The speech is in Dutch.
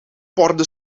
porde